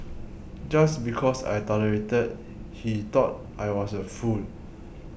just because I tolerated he thought I was a fool